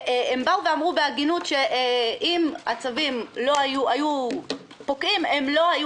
הם אמרו בהגינות שאם הצווים היו פוקעים הם לא היו